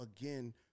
again